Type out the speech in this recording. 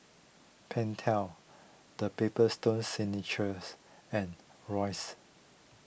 Pentel the Paper Stone Signature and Royce